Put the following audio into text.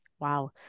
Wow